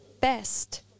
best